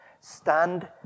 stand